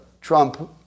Trump